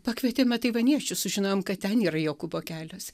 pakvietėme taivaniečius sužinojom kad ten yra jokūbo kelias